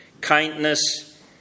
kindness